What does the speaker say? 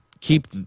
keep